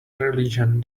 religion